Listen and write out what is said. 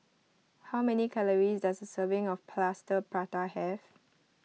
how many calories does a serving of Plaster Prata have